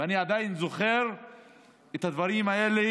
ואני עדיין זוכר את הדברים האלה.